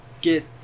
get